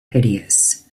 hideous